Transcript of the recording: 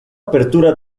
apertura